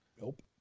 Nope